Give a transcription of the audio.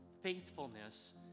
faithfulness